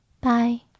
Bye